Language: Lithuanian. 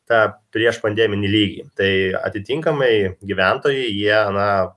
tą prieš pandeminį lygį tai atitinkamai gyventojai jie na